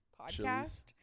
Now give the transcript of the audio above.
podcast